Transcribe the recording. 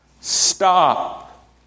stop